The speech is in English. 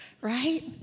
right